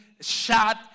shot